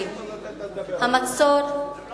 לשהידים, אני אגיד כל מלה שאני רוצה להגיד.